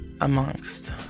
amongst